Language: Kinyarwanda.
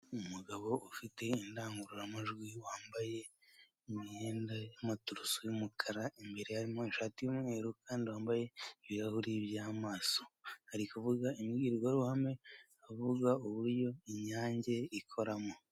Urujya ni uruza rw'abantu bari kwamamaza umukandida mu matora y'umukuru w'igihugu bakaba barimo abagabo ndetse n'abagore, bakaba biganjemo abantu bambaye imyenda y'ibara ry'icyatsi, bari mu ma tente arimo amabara y'umweru, icyatsi n'umuhondo, bamwe bakaba bafite ibyapa biriho ifoto y'umugabo wambaye kositime byanditseho ngo tora, bakaba bacyikijwe n'ibiti byinshi ku musozi.